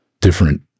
different